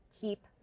keep